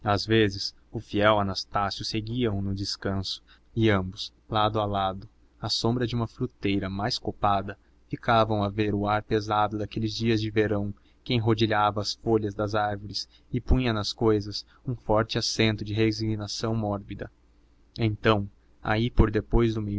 vezes o fiel anastácio seguia o no descanso e ambos lado a lado à sombra de uma fruteira mais copada ficavam a ver o ar pesado daqueles dias de verão que enrodilhava as folhas das árvores e punha nas cousas um forte acento de resignação mórbida então aí por depois do